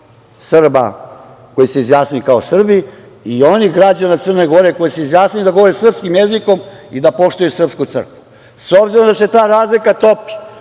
Srba koji su se izjasnili kao Srbi i onih građana Crne Gore koji su se izjasnili da govore srpskim jezikom i da poštuju srpsku crkvu. S obzirom da se ta razlika topi,